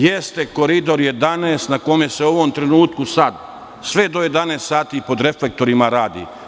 Jeste Koridor 11 na kome se u ovom trenutku sada sve do 23.00 sati sve pod reflektorima radi.